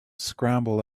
scramble